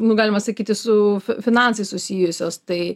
nu galima sakyti su finansais susijusios tai